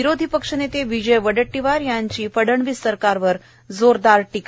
विरोधी पक्षनेते विजय वडेट्टीवार यांची फडणवीस सरकारवर जोरदार टीका